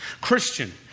Christian